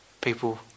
people